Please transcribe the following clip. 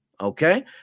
Okay